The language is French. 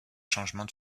changement